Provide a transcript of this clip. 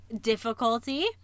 difficulty